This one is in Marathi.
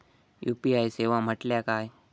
यू.पी.आय सेवा म्हटल्या काय?